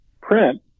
print